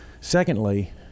Secondly